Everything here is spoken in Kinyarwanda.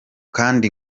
kandi